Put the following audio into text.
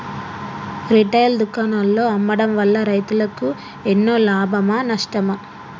Retail దుకాణాల్లో అమ్మడం వల్ల రైతులకు ఎన్నో లాభమా నష్టమా?